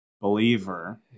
Believer